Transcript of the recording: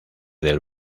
del